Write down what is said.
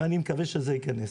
ואני מקווה שזה יכנס.